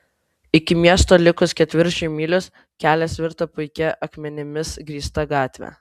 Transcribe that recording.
iki miesto likus ketvirčiui mylios kelias virto puikia akmenimis grįsta gatve